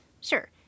Sure